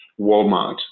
Walmart